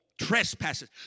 trespasses